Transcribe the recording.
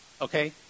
Okay